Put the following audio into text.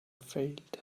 failed